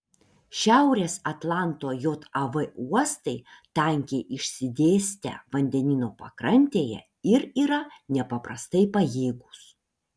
šiaurės atlanto jav uostai tankiai išsidėstę vandenyno pakrantėje ir yra nepaprastai pajėgūs